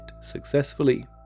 successfully